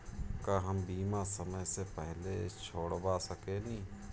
का हम बीमा समय से पहले छोड़वा सकेनी?